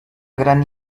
gran